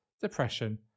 depression